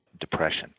depression